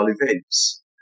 events